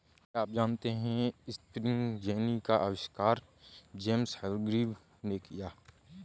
क्या आप जानते है स्पिनिंग जेनी का आविष्कार जेम्स हरग्रीव्ज ने किया?